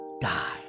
die